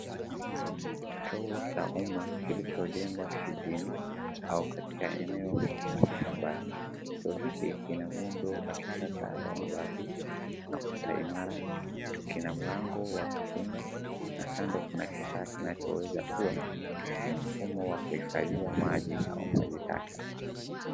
Choo cha umma kilichojengwa kijijini au katika eneo la mashambani, choo hiki kina muundo wa kisasa wa mabati na kuta imara. Kina mlango wa kufunga na kando kuna kifaa kinachoweza kuwa ni mfumo wa kuhifadhiwa maji au maji taka.